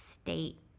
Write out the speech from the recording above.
state